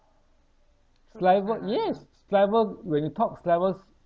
saliva yes saliva when you talk salivas